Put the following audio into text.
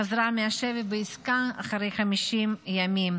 חזרה מהשבי בעסקה אחרי 50 ימים,